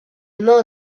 mort